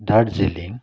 Darjeeling